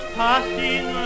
passing